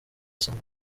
asaga